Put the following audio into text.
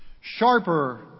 Sharper